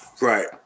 right